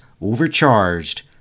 overcharged